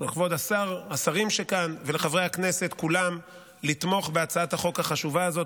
לכבוד השרים שכאן ולחברי הכנסת כולם לתמוך בהצעת החוק החשובה הזאת